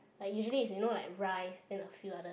like usually is you know like rice then a few other